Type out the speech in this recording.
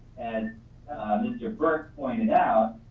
and mr. burke pointed out,